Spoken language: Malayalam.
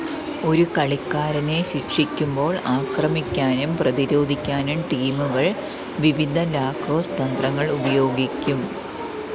ഒരു കളിക്കാരനെ ശിക്ഷിക്കുമ്പോൾ ആക്രമിക്കാനും പ്രതിരോധിക്കാനും ടീമുകൾ വിവിധ ലാക്രോസ് തന്ത്രങ്ങൾ ഉപയോഗിക്കും